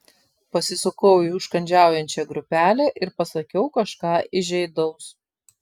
pasisukau į užkandžiaujančią grupelę ir pasakiau kažką įžeidaus